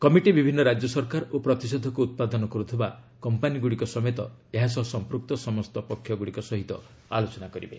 committee ବିଭିନ୍ନ ରାଜ୍ୟ ସରକାର ଓ ପ୍ରତିଷେଧକ ଉତ୍ପାଦନ କରୁଥିବା କମ୍ପାନିଗୁଡ଼ିକ ସମେତ ଏହା ସହ ସଂପୂକ୍ତ ପକ୍ଷଗୁଡ଼ିକ ସହ ଆଲୋଚନା କରିବେ